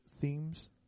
themes